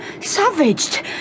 savaged